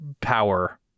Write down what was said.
power